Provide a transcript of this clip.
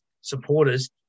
supporters